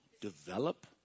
develop